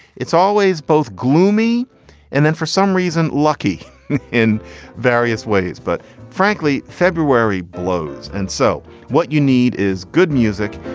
it's always both gloomy and then for some reason, lucky in various ways. but frankly, february blows. and so what you need is good music.